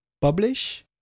publish